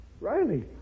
Riley